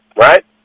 right